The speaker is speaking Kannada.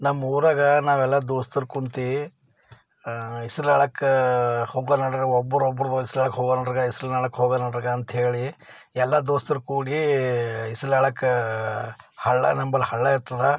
ನಮ್ಮೂರಾಗ ನಾವೆಲ್ಲ ದೋಸ್ತರು ಕೂತು ಈಜಲಾಡೋಕ್ಕೆ ಹೋಗೋಣಂದ್ರೆ ಒಬ್ಬರೊಬ್ರು ಈಜಲಾಡಿ ಹೋಗಲ್ರನ ಈಜಲ್ನಾಡೋಕ್ಕೆ ಹೋಗಲ್ಲ ನಡಿರೀಗ ಅಂತ ಹೇಳಿ ಎಲ್ಲ ದೋಸ್ತರು ಕೂಡಿ ಈಜಲಾಡೋಕ್ಕೆ ಹಳ್ಳ ನಂಬಳಿ ಹಳ್ಳ ಇರ್ತದೆ